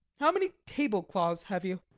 how many tablecloths have you?